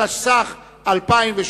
התשס"ח 2008,